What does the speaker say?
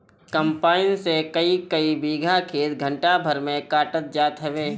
combine से कईकई बीघा खेत घंटा भर में कटात जात हवे